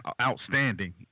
outstanding